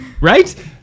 right